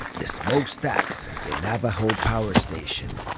the smokestacks of the navajo power station.